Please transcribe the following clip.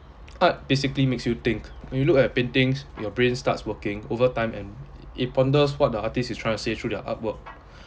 art basically makes you think you look at paintings your brain starts working over time and it ponders what the artist is trying to say through their artwork